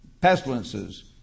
pestilences